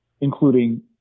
including